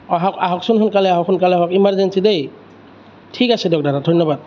আহক আহকচোন সোনকালে আহক সোনকালে আহক ইমাৰজেঞ্চি দেই ঠিক আছে দিয়ক দাদা ধন্যবাদ